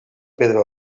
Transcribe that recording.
pedra